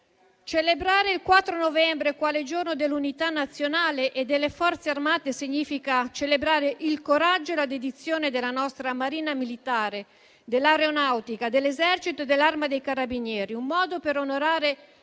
Celebrare il 4 novembre quale Giorno dell'Unità nazionale e delle Forze armate significa celebrare il coraggio e la dedizione della nostra Marina militare, dell'Aeronautica, dell'Esercito e dell'Arma dei carabinieri. È un modo per onorare